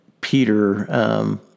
Peter—